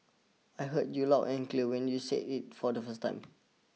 I heard you loud and clear when you said it for the first time